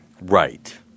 Right